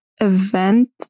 event